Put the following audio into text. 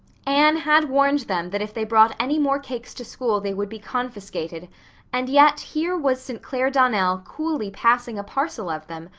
anne had warned them that if they brought any more cakes to school they would be confiscated and yet here was st. clair donnell coolly passing a parcel of them,